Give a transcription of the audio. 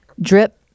drip